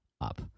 up